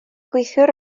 gweithiwr